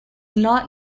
not